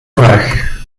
vraag